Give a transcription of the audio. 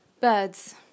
Birds